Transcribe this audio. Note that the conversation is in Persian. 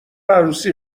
عروسی